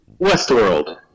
Westworld